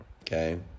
Okay